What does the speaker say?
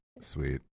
sweet